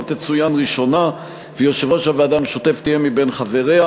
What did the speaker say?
תצוין ראשונה ויושב-ראש הוועדה המשותפת יהיה מבין חבריה.